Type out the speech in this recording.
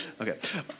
Okay